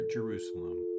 Jerusalem